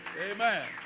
Amen